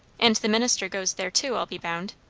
and the minister goes there too, i'll be bound?